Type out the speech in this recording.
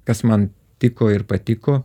kas man tiko ir patiko